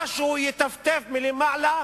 משהו יטפטף מלמעלה